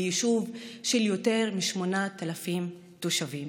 ביישוב של יותר מ-8,000 תושבים,